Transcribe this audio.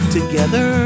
Together